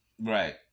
right